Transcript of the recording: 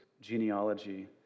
genealogy